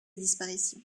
disparition